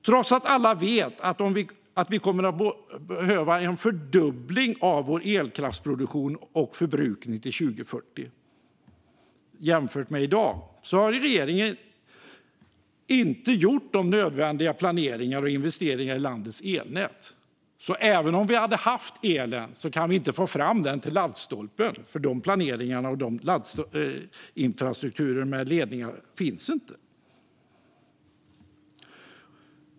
Trots att alla vet att vi kommer att behöva en fördubbling av vår elkraftsproduktion och vår elförbrukning till 2040 jämfört med i dag har regeringen inte gjort nödvändiga planeringar och investeringar i landets elnät. Även om vi hade haft elen kan vi alltså inte få fram den till laddstolpen, för den infrastrukturen med ledningar finns inte.